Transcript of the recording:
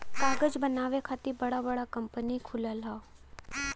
कागज बनावे खातिर बड़ा बड़ा कंपनी खुलल हौ